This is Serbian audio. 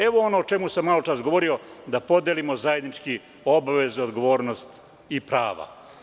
Evo ono o čemu sam malo pre govorio, da podelimo zajednički obaveze, odgovornosti i prava.